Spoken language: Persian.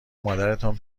مادرتان